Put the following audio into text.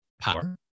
power